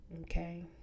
Okay